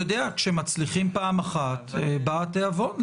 אתה יודע, כשמצליחים פעם אחת בא התיאבון.